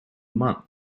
month